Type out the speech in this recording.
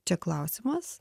čia klausimas